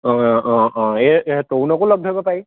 হয় অঁ অঁ অঁ অঁ এই তৰুণকো লগ ধৰিব পাৰি